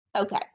Okay